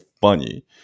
funny